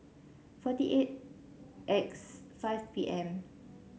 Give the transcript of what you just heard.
forty eight X five P M